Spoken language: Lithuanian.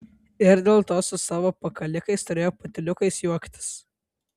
ir dėl to su savo pakalikais turėjo patyliukais juoktis